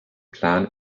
plan